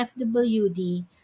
FWD